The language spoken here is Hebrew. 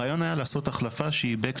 הרעיון היה לעשות החלפה שהיא הדדית,